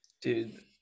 Dude